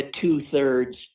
two-thirds